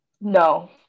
no